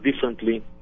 differently